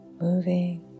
moving